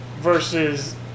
Versus